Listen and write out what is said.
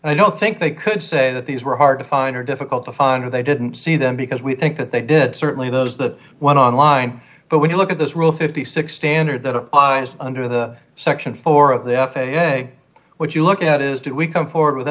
i don't think they could say that these were hard to find her difficult to find or they didn't see them because we think that they did certainly those that went on line but when you look at this rule fifty six dollars standard that applies under the section four of the f a a what you look at is did we come forward with